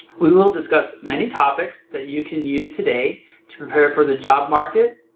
we will discuss many topics that you can use today to prepare for the job market,